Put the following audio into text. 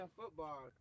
football